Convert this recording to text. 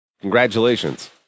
Congratulations